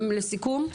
לסיכום?